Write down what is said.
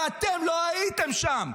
ואתם לא הייתם שם.